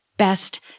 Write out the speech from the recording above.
best